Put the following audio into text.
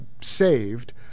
saved